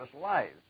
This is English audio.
lives